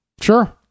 sure